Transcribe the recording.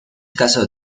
caso